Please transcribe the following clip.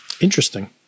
Interesting